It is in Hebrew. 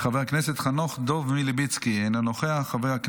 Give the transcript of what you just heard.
חבר הכנסת חנוך דב מלביצקי, אינו נוכח,